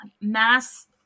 Mass